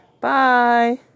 Bye